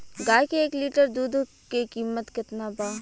गाय के एक लीटर दुध के कीमत केतना बा?